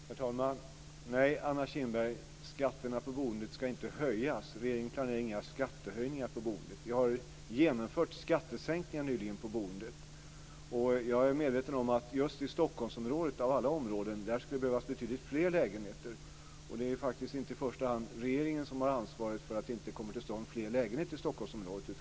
Herr talman! Nej, Anna Kinberg, skatterna på boendet ska inte höjas. Regeringen planerar inga skattehöjningar, utan har nyligen genomfört skattesänkningar på boendet. Jag är medveten om att det just i Stockholmsområdet av alla områden skulle behövas betydligt fler lägenheter. Men det är faktiskt inte i första hand regeringen som bär ansvaret för att inte fler lägenheter kommer till stånd i Stockholmsområdet.